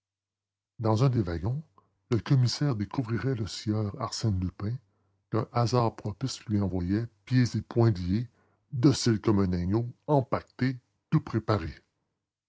dans un des wagons le commissaire découvrirait le sieur arsène lupin qu'un hasard propice lui envoyait pieds et poings liés docile comme un agneau empaqueté tout préparé